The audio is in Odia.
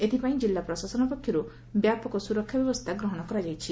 ଏଥିପାଇଁ ଜିଲ୍ଲା ପ୍ରଶାସନ ପକ୍ଷରୁ ବ୍ୟାପକ ସୁରକ୍ଷା ବ୍ୟବସ୍ଥା ଗ୍ରହଶ କରାଯାଇଛି